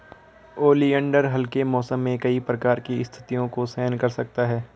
oleander हल्के मौसम में कई प्रकार की स्थितियों को सहन कर सकता है